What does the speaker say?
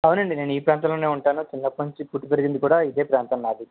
అవునండి నేను ఈ ప్రాంతంలోనే ఉంటాను చిన్నప్పటి నుంచి పుట్టి పెరిగి పెరిగింది కూడా ఇదే ప్రాంతం నాది